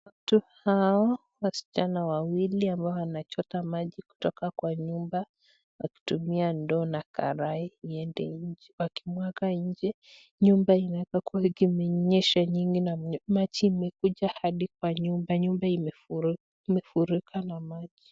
Watu hao waschana wawili ambao wanachota maji kutoka kwa nyumba wakitumia ndoo na karai, wakimwaga nche nyumba inaezakuwa kumenyesha nyingi, na maji ikakuja hadi nyumba imefurukwa na maji.